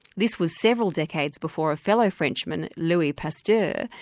this was several decades before a fellow frenchman, louis pasteur,